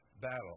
battle